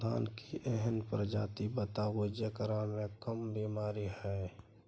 धान के एहन प्रजाति बताबू जेकरा मे कम बीमारी हैय?